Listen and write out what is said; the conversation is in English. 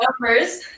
numbers